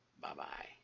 Bye-bye